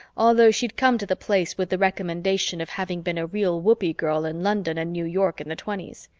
although she'd come to the place with the recommendation of having been a real whoopee girl in london and new york in the twenties.